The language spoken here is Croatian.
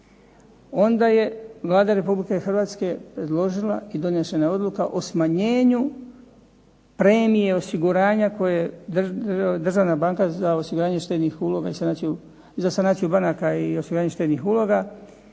onda je Vlada Republike Hrvatske predložila i donesena je odluka o smanjenju premije osiguranja koje Državna banka za osiguranje štednih uloga i za sanaciju banaka i osiguranje štednih uloga